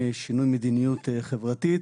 שינוי מדיניות חברתית.